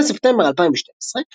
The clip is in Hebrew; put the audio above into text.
נכון לספטמבר 2012,